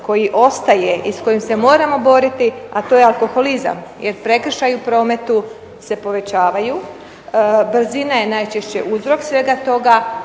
koji ostaje i s kojim se moramo boriti, a to je alkoholizam jer prekršaji u prometu se povećavaju, brzina je najčešće uzrok svega toga,